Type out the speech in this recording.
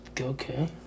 Okay